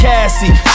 Cassie